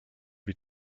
wie